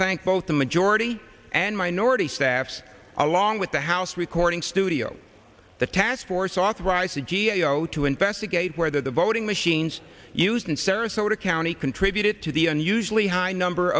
thank both the majority and minority staffs along with the house recording studio the task force authorized the g a o to investigate whether the voting machines used in sarasota county contributed to the unusually high number